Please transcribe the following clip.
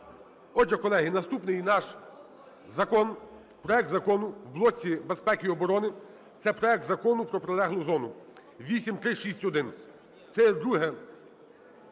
Отже, колеги, наступний наш закон - проект закону в блоці безпеки і оборони – це проект Закону про прилеглу зону (8361). Це є друге